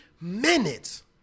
minutes